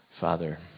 Father